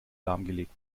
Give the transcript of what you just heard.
lahmgelegt